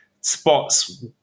spots